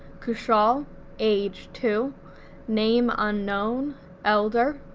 kushal age two name unknown elder,